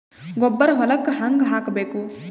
ಗೊಬ್ಬರ ಹೊಲಕ್ಕ ಹಂಗ್ ಹಾಕಬೇಕು?